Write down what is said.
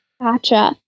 Gotcha